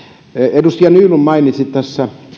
edustaja nylund mainitsi tässä